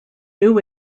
new